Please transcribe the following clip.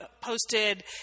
posted